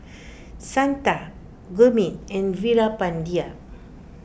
Santha Gurmeet and Veerapandiya